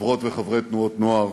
חברות וחברי תנועות נוער,